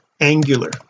angular